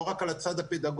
לא רק על הצד הפדגוגי,